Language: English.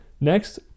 Next